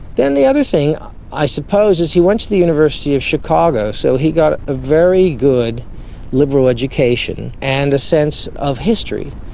then the other thing i suppose is he went to the university of chicago, so he got a very good liberal education and a sense of history.